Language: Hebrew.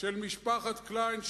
של משפחת קליין,